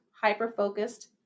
hyper-focused